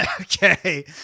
Okay